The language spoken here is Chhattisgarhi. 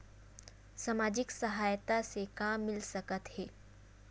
सामाजिक सहायता से का मिल सकत हे?